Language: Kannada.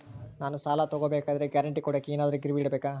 ನಾನು ಸಾಲ ತಗೋಬೇಕಾದರೆ ಗ್ಯಾರಂಟಿ ಕೊಡೋಕೆ ಏನಾದ್ರೂ ಗಿರಿವಿ ಇಡಬೇಕಾ?